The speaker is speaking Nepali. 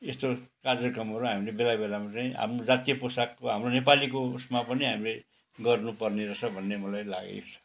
यस्तो कार्यक्रमहरू हामीले बेला बेलामा चाहिँ आफ्नो जातीय पोसाकको हाम्रो नेपालीको उसमा पनि हामीले गर्नुपर्ने रहेछ हौ भन्ने मलाई लागेको छ